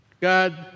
God